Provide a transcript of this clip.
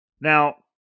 Now